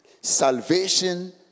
salvation